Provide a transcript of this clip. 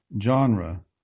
genre